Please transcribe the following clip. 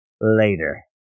later